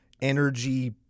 Energy